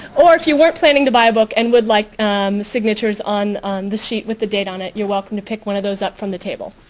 or if you weren't planning to buy a book and would like signatures on on the sheet with the date on it, you're welcome to pick one of those up from the table.